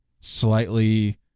slightly